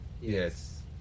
Yes